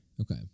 Okay